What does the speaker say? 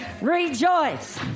Rejoice